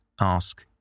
ask